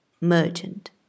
merchant